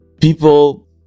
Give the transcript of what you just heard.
people